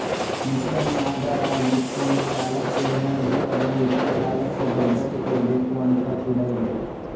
ಮಿತಿಯನ್ನ ಆಧಾರ ಆಗಿ ಇಟ್ಕೊಂಡು ಸಾಲಕ್ಕೆ ಏನಾದ್ರೂ ಅಡವು ಇಟ್ಟು ಸಾಲಕ್ಕೆ ಭದ್ರತೆ ಕೊಡ್ಬೇಕು ಅಂತ ಕೂಡಾ ಇದೆ